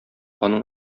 аның